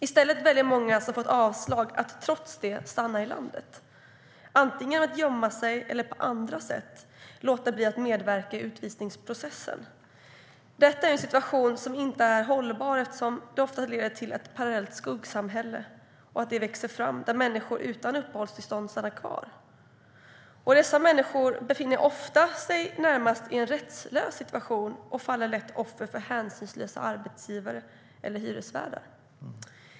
I stället väljer många som har fått avslag att trots det stanna i landet, antingen genom att gömma sig eller genom att på andra sätt låta bli att medverka i utvisningsprocessen. Detta är en situation som inte är hållbar, eftersom det ofta leder till ett parallellt skuggsamhälle som växer fram där människor utan uppehållstillstånd stannar kvar. Dessa människor befinner sig ofta i en närmast rättslös situation och faller lätt offer för hänsynslösa arbetsgivare eller hyresvärdar.